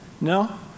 No